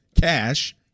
cash